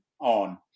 on